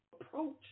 Approach